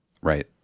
Right